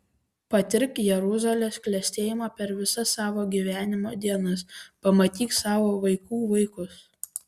patirk jeruzalės klestėjimą per visas savo gyvenimo dienas pamatyk savo vaikų vaikus